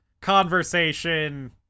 conversation